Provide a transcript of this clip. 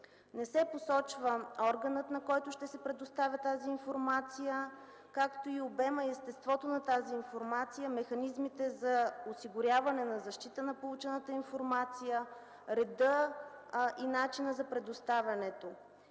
не се посочва органът, на който ще се предоставя тази информация, както обемът и естеството на информацията, механизмите за осигуряване на защита на получената информация, редът и начинът за предоставянето